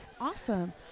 Awesome